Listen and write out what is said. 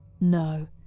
No